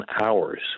hours